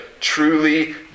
truly